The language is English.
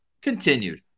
continued